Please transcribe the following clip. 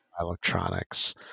electronics